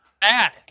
Bad